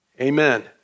Amen